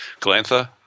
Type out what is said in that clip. Galantha